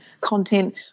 content